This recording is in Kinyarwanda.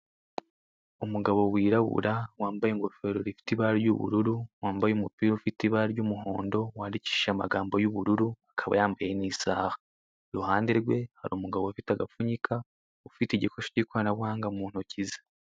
Umugabo wirabura wambaye ingofero ifite ibara ry'ubururu, wambaye umupira ufite ibara ry'umuhondo, wandikishije amagambo y'ubururu akaba yambaye n'isaha, iruhande rwe hari umugabo ufite agapfunyika, ufite igikoresho cy'ikoranabuhanga mu ntoki ze.